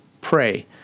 pray